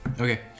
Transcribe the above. Okay